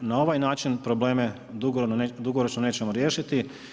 Na ovaj način, probleme dugoročne nećemo riješiti.